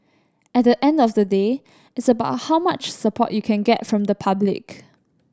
at the end of the day it's about how much support you can get from the public